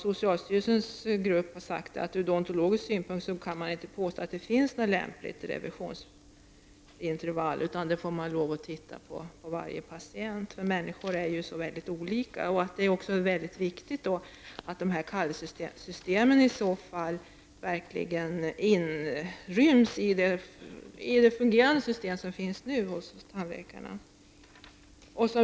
Socialstyrelsens grupp har sagt att ur odontologisk synpunkt kan man inte påstå att det finns något lämpligt revisionsintervall, utan det får man lov att titta på för varje patient för sig. Människor är så olika. Det är mycket viktigt att kallelsesystemen i så fall verkligen inryms i det fungerande system som nu finns hos tandläkarna.